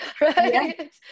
right